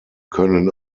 können